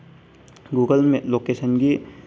Google ꯂꯣꯀꯦꯁꯟꯒꯤ